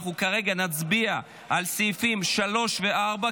נצביע על סעיפים 3 ו-4,